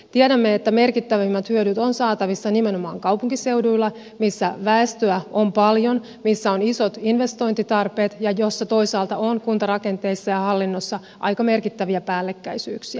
tiedämme että merkittävimmät hyödyt ovat saatavissa nimenomaan kaupunkiseuduilla missä väestöä on paljon missä on isot investointitarpeet ja missä toisaalta on kuntarakenteessa ja hallinnossa aika merkittäviä päällekkäisyyksiä